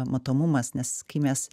matomumas nes kai mes